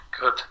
Good